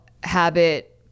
habit